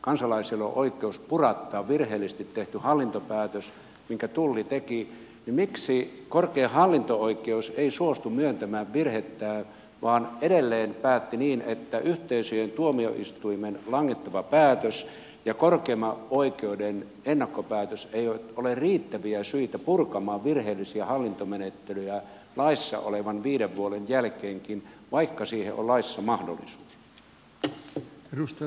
kansalaisella on oikeus purattaa virheellisesti tehty hallintopäätös minkä tulli teki niin miksi korkein hallinto oikeus ei suostu myöntämään virhettään vaan edelleen päätti niin että yhteisöjen tuomioistuimen langettava päätös ja korkeimman oikeu den ennakkopäätös eivät ole riittäviä syitä purkamaan virheellisiä hallintomenettelyjä laissa olevan viiden vuoden jälkeenkin vaikka siihen on laissa mahdollisuus